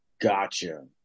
Gotcha